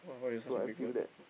so I feel that